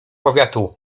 powiatu